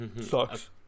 sucks